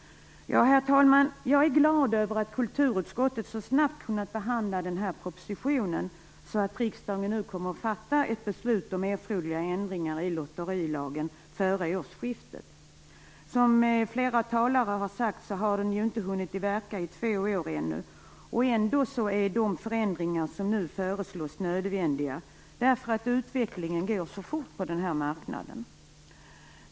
Herr talman! Jag är glad över att kulturutskottet så snabbt kunnat behandla propositionen, så att riksdagen kommer att fatta beslut om erforderliga ändringar i lotterilagen före årsskiftet. Som flera talare har sagt har lagen ännu inte hunnit verka i två år, och ändå är de förändringar som nu föreslås nödvändiga; utvecklingen går så fort på den här marknaden.